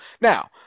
Now